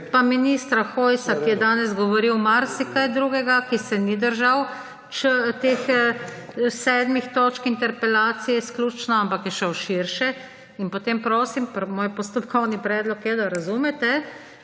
ministra Hojsa, ki je danes govoril marsikaj drugega, ki se ni držal izključno teh sedmih točk interpelacije, ampak je šel širše, in potem prosim, moj postopkovni predlog je, da razumete,